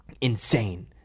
insane